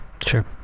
Sure